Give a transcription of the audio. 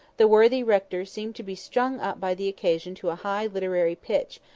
the worthy rector seemed to be strung up by the occasion to a high literary pitch,